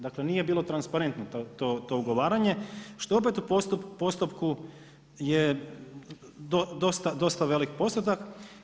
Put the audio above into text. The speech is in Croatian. Dakle, nije bilo transparentno to ugovaranje, što opet u postupku je dosta veliki postotak.